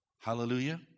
Hallelujah